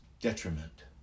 detriment